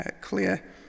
clear